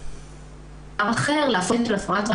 זו סמכות מאוחרת לצו ההגנה.